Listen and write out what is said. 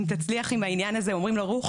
"שתצליח עם העניין הזה" אומרים לו "לך